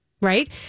right